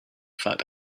fat